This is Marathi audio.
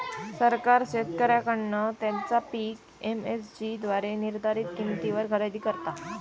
सरकार शेतकऱ्यांकडना त्यांचा पीक एम.एस.सी द्वारे निर्धारीत किंमतीवर खरेदी करता